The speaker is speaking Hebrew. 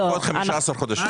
לפחות 15 חודשים.